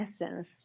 essence